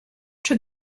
czy